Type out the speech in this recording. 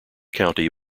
county